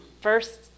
first